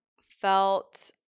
felt